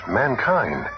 mankind